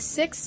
six